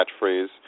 catchphrase